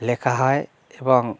লেখা হয় এবং